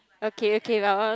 okay okay lor